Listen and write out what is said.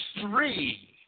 three